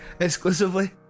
Exclusively